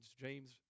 James